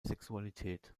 sexualität